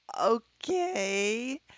Okay